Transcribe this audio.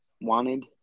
wanted